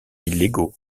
illégaux